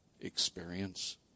experience